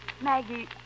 Maggie